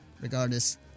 regardless